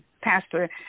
Pastor